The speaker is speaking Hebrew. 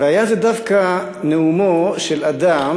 והיה זה דווקא נאומו של אדם